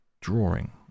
drawing